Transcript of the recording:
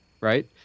Right